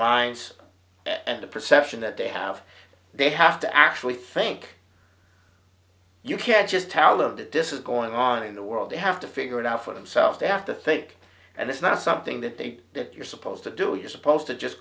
minds and the perception that they have they have to actually think you can just tell them that this is going on in the world they have to figure it out for themselves they have to think and it's not something that they that you're supposed to do as opposed to just